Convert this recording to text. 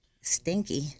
stinky